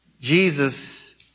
Jesus